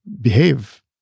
behave